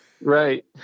Right